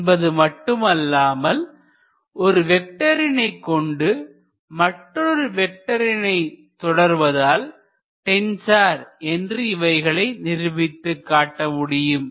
என்பது மட்டுமல்லாமல் ஒரு வெக்டரினை கொண்டு மற்றொரு வெக்டரை தொடர்வதால் டென்சார் என்று இவைகளை நிரூபித்துக்காட்ட முடியும்